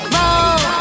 roll